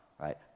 right